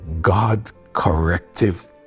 God-corrective